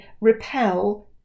repel